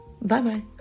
Bye-bye